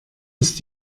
ist